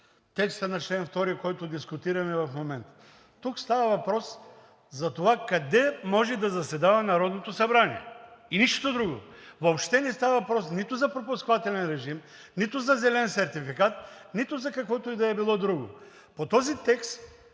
текста на чл. 2, който дискутираме в момента. Тук става въпрос за това къде може да заседава Народното събрание и за нищо друго. Въобще не става въпрос нито за пропускателен режим, нито за зелен сертификат, нито за каквото и да било друго. По този текст,